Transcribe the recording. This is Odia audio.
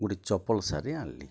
ଗୋଟିଏ ଚପଲ ସାରେ ଆଣଲି